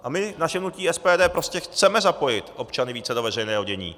A my, naše hnutí SPD, prostě chceme zapojit občany více do veřejného dění.